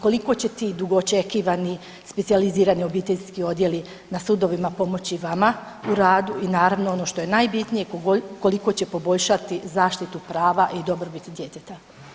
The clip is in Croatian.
Koliko će ti dugo očekivani specijalizirani obiteljski odjeli na sudovima pomoći vama u radu i naravno ono što je najbitnije koliko će poboljšati zaštitu prava i dobrobit djeteta.